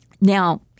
Now